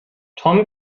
tom